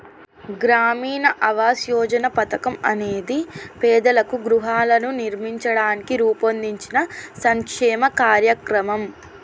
గ్రామీణ ఆవాస్ యోజన పథకం అనేది పేదలకు గృహాలను నిర్మించడానికి రూపొందించిన సంక్షేమ కార్యక్రమం